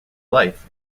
life